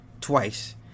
twice